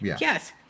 yes